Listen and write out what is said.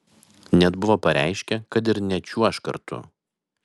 net buvo pareiškę kad ir nečiuoš kartu